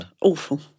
Awful